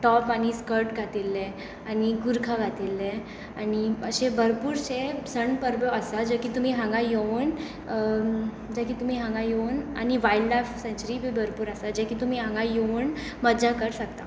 top आनी skirt घातिल्ले आनी गुरखा घातिल्ले आनी अशे भरपूर शे सण परबो आसा जो की तुमी हांगा येवन जे की तुमी हांगा येवन आनी वायल्ड लायफ सँच्युरी बी भरपूर आसा जे की तुमी हांगा येवन मजा कर सकता